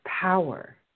power